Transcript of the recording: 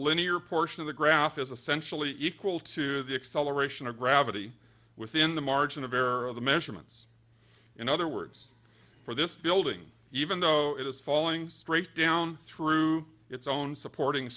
linear portion of the graph is essentially equal to the acceleration of gravity within the margin of error of the measurements in other words for this building even though it is falling straight down through its own supporting